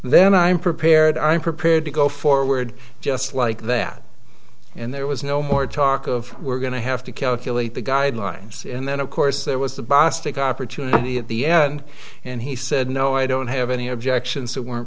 then i'm prepared i'm prepared to go forward just like that and there was no more talk of we're going to have to calculate the guidelines and then of course there was the bostic opportunity at the end and he said no i don't have any objections that weren't